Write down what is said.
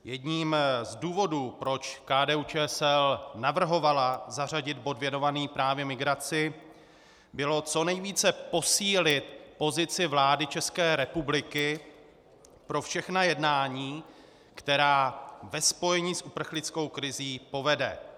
Jedním z důvodů, proč KDUČSL navrhovala zařadit bod věnovaný právě migraci, bylo co nejvíce posílit pozici vlády České republiky pro všechna jednání, která ve spojení s uprchlickou krizí povede.